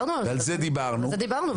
ועל זה דיברנו.